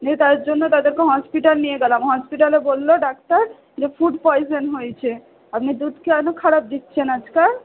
দিয়ে তাইজন্য তাদেরকে হসপিটাল নিয়ে গেলাম হসপিটালে বললো ডাক্তার যে ফুড পয়জন হয়েছে আপনি দুধ কেন খারাপ দিচ্ছেন আজকাল